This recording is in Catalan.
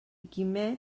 quimet